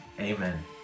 Amen